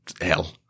hell